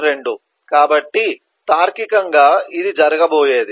2 కాబట్టి తార్కికంగా ఇది జరగబోయేది